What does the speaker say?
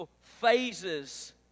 phases